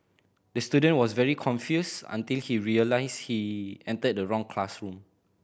the student was very confused until he realised he entered the wrong classroom